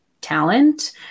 talent